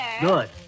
Good